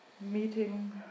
meeting